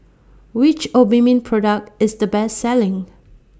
Which Obimin Product IS The Best Selling